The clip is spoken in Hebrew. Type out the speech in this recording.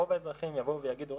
רוב האזרחים יבואו ויגידו,